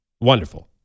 Wonderful